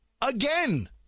again